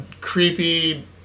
creepy